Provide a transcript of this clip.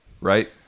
right